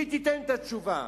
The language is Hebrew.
היא תיתן את התשובה.